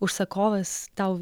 užsakovas tau